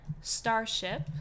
Starship